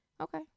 Okay